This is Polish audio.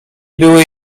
były